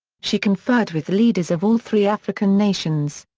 she conferred with leaders of all three african nations.